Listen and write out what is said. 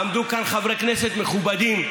עמדו כאן חברי כנסת מכובדים,